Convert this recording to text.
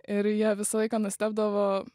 ir jie visą laiką nustebdavo